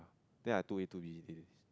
then I two A two B